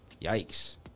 Yikes